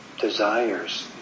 desires